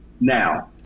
Now